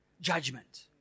judgment